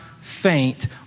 faint